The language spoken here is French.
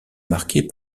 marquée